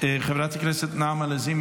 חברת הכנסת נעמה לזימי,